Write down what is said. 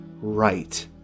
right